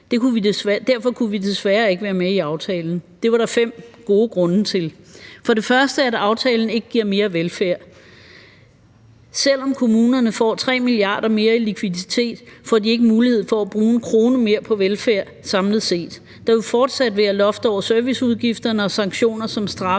Derfor kunne vi desværre ikke være med i aftalen. Det var der flere gode grunde til. For det første giver aftalen ikke mere velfærd. Selv om kommunerne får 3 mia. kr. mere i likviditet, får de ikke mulighed for at bruge én krone mere på velfærd samlet set. Der vil fortsat være loft over serviceudgifterne og sanktioner, som straffer